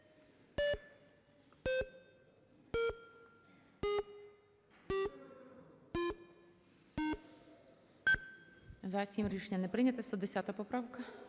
За-7 Рішення не прийнято. 110 поправка.